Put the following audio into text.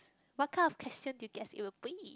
what kind of question do you guess it will be